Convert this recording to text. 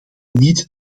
niet